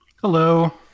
Hello